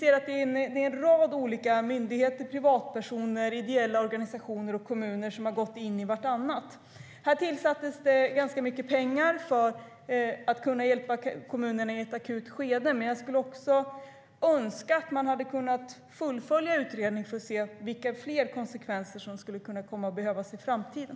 En rad olika myndigheter, privatpersoner, ideella organisationer och kommuner har gått in i varandra. Det tillsattes ganska mycket pengar för att kunna hjälpa kommunerna i ett akut skede, men jag skulle önskat att man kunnat fullfölja utredningen för att se vilka fler åtgärder som skulle kunna behövas i framtiden.